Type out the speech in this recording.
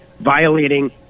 violating